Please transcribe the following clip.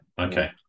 Okay